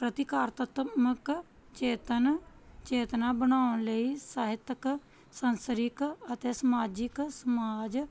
ਚੇਤਨ ਚੇਤਨਾ ਬਣਾਉਣ ਲਈ ਸਾਹਿਤਕ ਸੰਸਾਰਿਕ ਅਤੇ ਸਮਾਜਿਕ ਸਮਾਜ